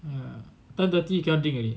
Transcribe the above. ya ten thirty you cannot drink already